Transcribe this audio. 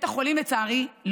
לצערי,